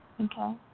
Okay